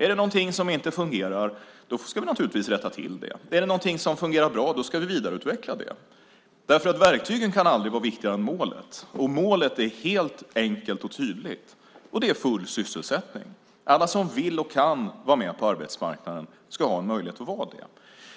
Är det någonting som inte fungerar ska vi naturligtvis rätta till det, och är det någonting som fungerar bra ska vi vidareutveckla det därför att verktygen aldrig kan vara viktigare än målet. Och målet är helt enkelt och tydligt, och det är full sysselsättning. Alla som vill och kan vara med på arbetsmarknaden ska ha en möjlighet att vara